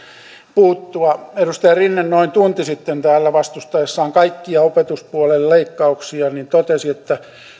edustaja rinne noin tunti sitten täällä vastustaessaan kaikkia opetuspuolen leikkauksia totesi että